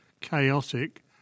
Chaotic